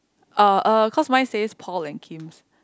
uh er cause mine says Paul and Kim's